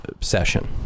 session